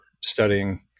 studying